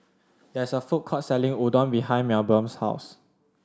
there is a food court selling Udon behind Melbourne's house